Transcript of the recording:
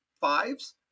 fives